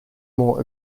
more